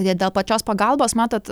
jei dėl pačios pagalbos matot